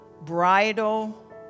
bridal